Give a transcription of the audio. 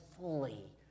fully